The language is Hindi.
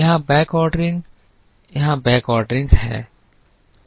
यहाँ backordering यहाँ backordering है